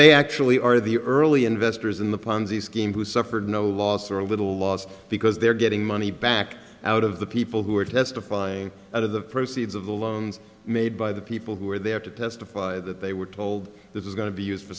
they actually are the early investors in the ponzi scheme who suffered no loss or a little laws because they're getting money back out of the people who are testifying out of the proceeds of the loans made by the people who are there to testify that they were told this is going to be used for